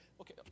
Okay